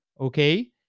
okay